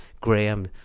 Graham